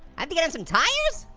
i have to get him some tires?